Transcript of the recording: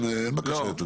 לא.